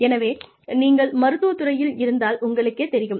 எனவே நீங்கள் மருத்துவத் துறையில் இருந்தால் உங்களுக்குத் தெரியும்